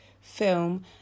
film